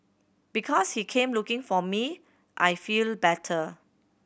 because he came looking for me I feel better